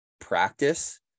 practice